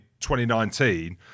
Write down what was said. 2019